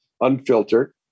unfiltered